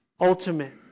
ultimate